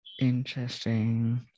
Interesting